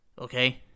Okay